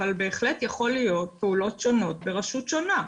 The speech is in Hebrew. אבל בהחלט יכולות להיות פעולות שונות ברשות שונה.